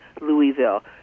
Louisville